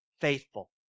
faithful